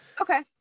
Okay